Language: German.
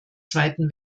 zweiten